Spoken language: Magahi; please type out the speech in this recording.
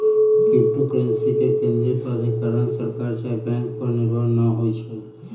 क्रिप्टो करेंसी के केंद्रीय प्राधिकरण सरकार चाहे बैंक पर निर्भर न होइ छइ